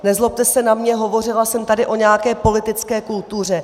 Nezlobte se na mě, hovořila jsem tady o nějaké politické kultuře.